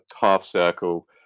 half-circle